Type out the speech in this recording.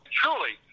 truly